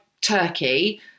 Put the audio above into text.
turkey